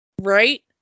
Right